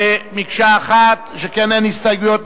במקשה אחת, שכן אין הסתייגויות.